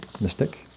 mystic